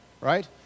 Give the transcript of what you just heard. right